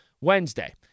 Wednesday